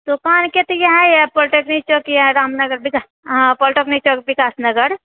दोकानके तऽ इएह यऽ पोलटेक्निक चौक लग आएब हँ हँ पोलटेक्निक चौक विकासनगर